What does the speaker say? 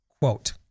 Quote